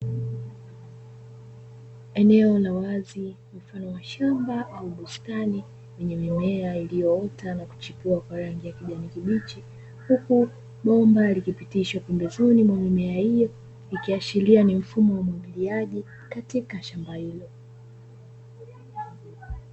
Eneo la wazi mfano wa shamba au bustani lenye mimea iliyoota na kuchipua kwa rangi ya kijani kibichi huku bomba likipitishwa pembezoni mwa mimea hiyo, ikiashiria ni mfumo wa umwagiliaji katika shamba hilo.